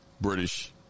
British